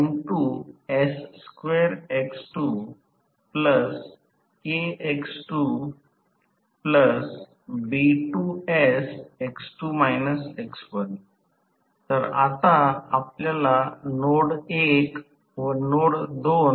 म्हणूनच वेग ही दिशा आहे आणि स्लिप ही दिशा आहे जर स्लिप डावीकडून डावीकडे सरकली असेल तर वेग हाच डावा आहे कारण वेग वाढत आहे याचा अर्थ असा आहे की जर n वाढत असेल तर वेग वाढवला तर n n S